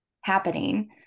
happening